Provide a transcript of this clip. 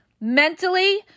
mentally